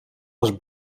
was